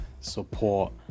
support